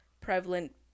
prevalent